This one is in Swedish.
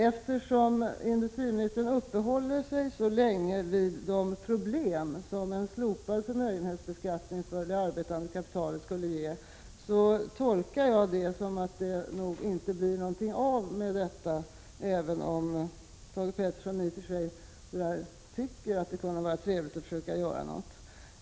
Eftersom industriministern uppehåller sig så länge vid de problem som en slopad förmögenhetsbeskattning för det arbetande kapitalet skulle ge, tolkar jag det så att det inte blir någonting av med detta, även om Thage Peterson i och för sig tycker att det kunde vara trevligt att försöka göra något.